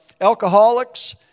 alcoholics